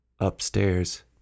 Upstairs